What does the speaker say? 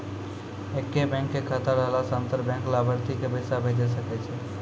एक्के बैंको के खाता रहला से अंतर बैंक लाभार्थी के पैसा भेजै सकै छै